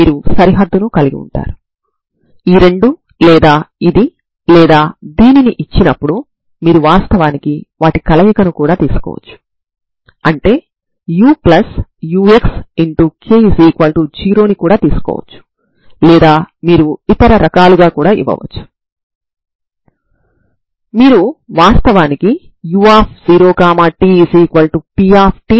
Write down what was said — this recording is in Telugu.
చివరగా ప్రతీ n విలువకు వీటి లబ్దాన్ని కనుకోవాల్సి ఉంటుంది అది కూడా తరంగ సమీకరణానికి సరిహద్దు నియమాలను సంతృప్తి పరిచే పరిష్కారం అవుతుంది